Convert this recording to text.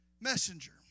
messenger